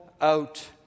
out